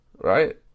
right